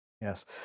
Yes